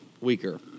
weaker